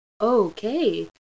okay